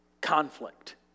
conflict